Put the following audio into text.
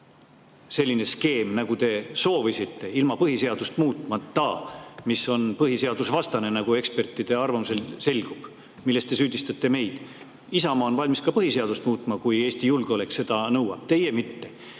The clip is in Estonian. selline skeem, nagu te soovisite, ilma põhiseadust muutmata, mis on põhiseadusvastane, nagu selgub ekspertide arvamuse järgi, kuigi te süüdistate selles meid. Isamaa on valmis ka põhiseadust muutma, kui Eesti julgeolek seda nõuab, teie mitte.